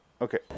okay